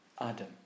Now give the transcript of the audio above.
Adam